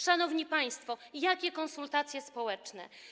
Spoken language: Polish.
Szanowni państwo, jakie konsultacje społeczne?